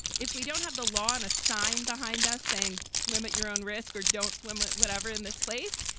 if we don't have the law and a sign behind us saying swim at your own risk or don't swim or whatever in this place,